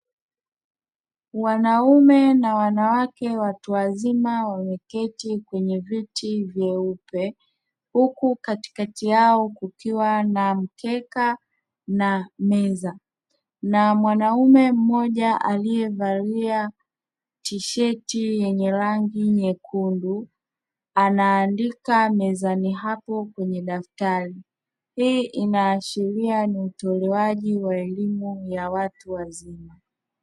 Wanaume na wanawake watu wazima wameketi kwenye viti vyeupe huku katikati yao kukiwa na mkeka na meza. Na mwanaume mmoja aliyevalia tisheti yenye rangi nyekundu anaandika mezani hapo kwenye daftari; hii inaashiria ni utolewaji wa elimu ya watu wazima.